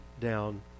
down